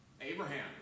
Abraham